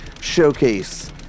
showcase